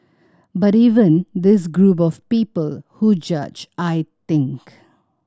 but even this group of people who judge I think